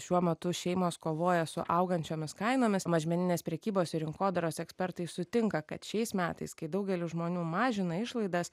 šiuo metu šeimos kovoja su augančiomis kainomis mažmeninės prekybos ir rinkodaros ekspertai sutinka kad šiais metais kai daugelis žmonių mažina išlaidas